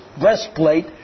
breastplate